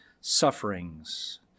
sufferings